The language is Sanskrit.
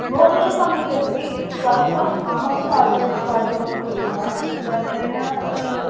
भोजनं सम्यक् अस्ति सर्वम् अहं पाच पाचकं कुर्मः तत् कारणेन